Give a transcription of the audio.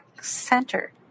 Center